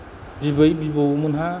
बिबै बिबौमोनहा